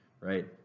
right